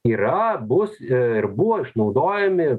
yra bus ir buvo išnaudojami